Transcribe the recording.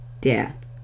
death